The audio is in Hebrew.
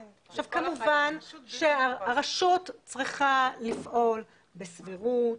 עכשיו, כמובן שהרשות צריכה לפעול בסבירות